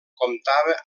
comptava